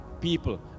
people